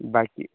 বাইকি